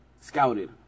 scouted